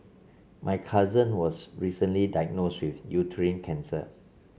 my cousin was recently diagnosed with uterine cancer